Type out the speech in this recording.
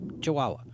Chihuahua